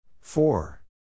Four